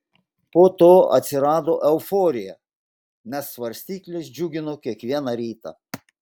po to atsirado euforija nes svarstyklės džiugino kiekvieną rytą